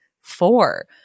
four